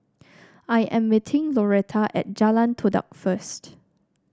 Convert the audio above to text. I am meeting Loretta at Jalan Todak first